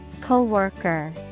Coworker